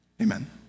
Amen